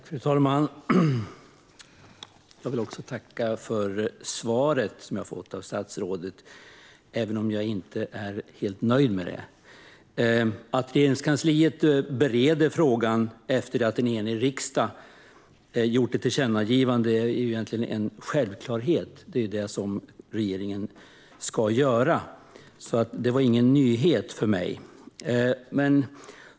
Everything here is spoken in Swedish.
Fru talman! Jag vill tacka för det svar jag fått av statsrådet, även om jag inte är helt nöjd. Att Regeringskansliet bereder frågan efter att en enig riksdag gjort ett tillkännagivande är egentligen en självklarhet. Det är vad regeringen ska göra. Det var alltså ingen nyhet för mig.